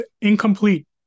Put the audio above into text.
incomplete